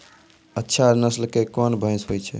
अच्छा नस्ल के कोन भैंस होय छै?